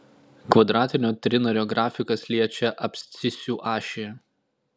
kvadratinio trinario grafikas liečia abscisių ašį